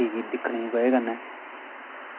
TV दिक्खने दी बजह् कन्नै